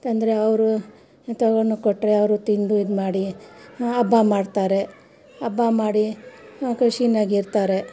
ತಂದರೆ ಅವರು ತೊಗೊಂಡೋಗಿ ಕೊಟ್ಟರೆ ಅವರು ತಿಂದು ಇದುಮಾಡಿ ಹಬ್ಬ ಮಾಡ್ತಾರೆ ಹಬ್ಬ ಮಾಡಿ ಖುಷಿನಾಗಿರ್ತಾರೆ